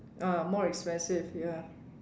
uh more expensive ya